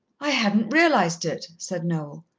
i hadn't realized it, said noel,